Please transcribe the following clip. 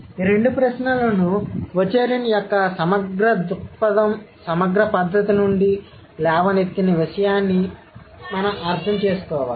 కాబట్టి ఈ రెండు ప్రశ్నలను వాచెరిన్ యొక్క సమగ్ర దృక్పథం సమగ్ర పద్ధతి నుండి లేవనెత్తిన విషయాన్ని మనం అర్థం చేసుకోవాలి